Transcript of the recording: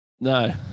No